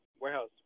warehouse